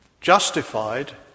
Justified